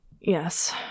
Yes